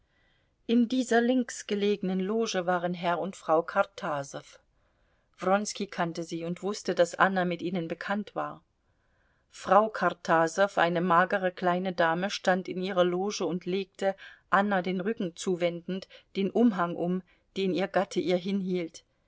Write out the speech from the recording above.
in dieser links gelegenen loge waren herr und frau kartasow wronski kannte sie und wußte daß anna mit ihnen bekannt war frau kartasow eine magere kleine dame stand in ihrer loge und legte anna den rücken zuwendend den umhang um den ihr gatte ihr hinhielt